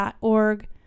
.org